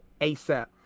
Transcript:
asap